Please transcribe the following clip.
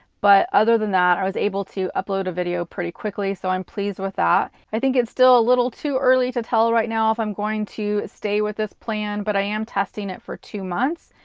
but other than that, i was able to upload a video pretty quickly, so i'm pleased with that. i think it's still a little too early to tell right now if i'm going to stay with this plan, but i am testing it for two months,